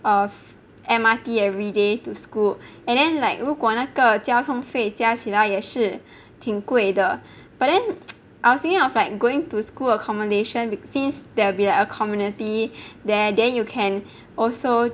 err M_R_T everyday to school and then like 如果那个交通费加起来也是挺贵的 but then I was thinking of like going to school accommodation since there will be like a community there then you can also